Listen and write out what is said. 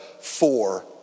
four